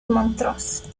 montrose